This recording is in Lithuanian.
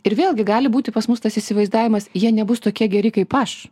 ir vėlgi gali būti pas mus tas įsivaizdavimas jie nebus tokie geri kaip aš